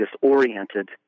disoriented